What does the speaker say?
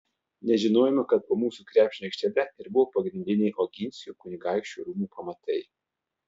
nežinojome kad po mūsų krepšinio aikštele ir buvo pagrindiniai oginskių kunigaikščių rūmų pamatai